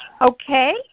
Okay